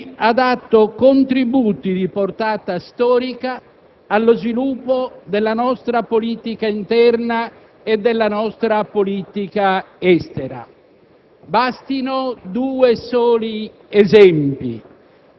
Lungo questo arco di tempo egli ha dato contributi di portata storica allo sviluppo della nostra politica interna e della nostra politica estera.